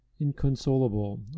inconsolable